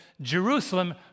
Jerusalem